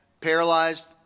paralyzed